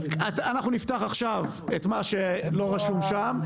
אנחנו נפתח עכשיו את מה שלא רשום שם,